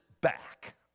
back